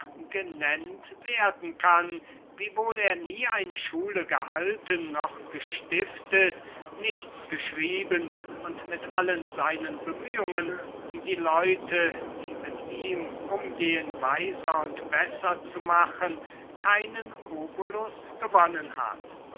genennt werden kann wiewohl er nie eine schule gehalten noch gestiftet nichts geschrieben und mit allen seinen bemühungen die leute die mit ihm umgehen weiser und besser zu machen keinen obolus gewonnen hat